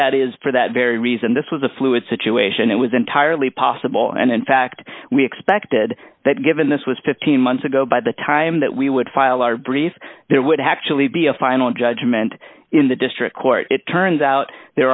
that is for that very reason this was a fluid situation it was entirely possible and in fact we expected that given this was fifteen months ago by the time that we would file our brief there would actually be a final judgment in the district court it turns out there